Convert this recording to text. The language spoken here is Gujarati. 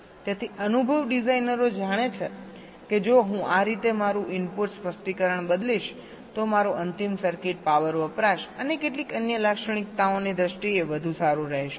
તેથી અનુભવ ડિઝાઇનરો જાણે છે કે જો હું આ રીતે મારું ઇનપુટ સ્પષ્ટીકરણ બદલીશ તો મારું અંતિમ સર્કિટ પાવર વપરાશ અને કેટલીક અન્ય લાક્ષણિકતાઓની દ્રષ્ટિએ વધુ સારું રહેશે